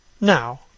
Now